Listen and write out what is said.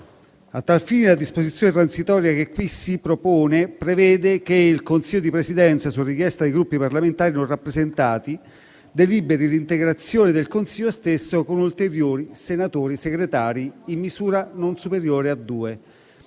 A tal fine, la disposizione transitoria che qui si propone prevede che il Consiglio di Presidenza, su richiesta di Gruppi parlamentari non rappresentati, deliberi l'integrazione del Consiglio stesso con ulteriori senatori segretari in misura non superiore a due.